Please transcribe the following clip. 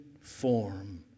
form